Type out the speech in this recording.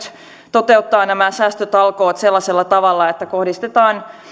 toteuttaa nämä säästötalkoot sellaisella tavalla että kohdistetaan